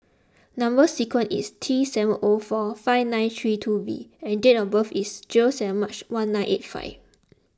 Number Sequence is T seven O four five nine three two V and date of birth is zero seven March one nine eight five